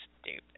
stupid